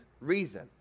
reason